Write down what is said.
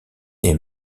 est